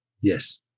Yes